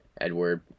Edward